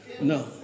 No